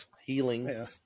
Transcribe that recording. healing